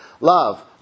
Love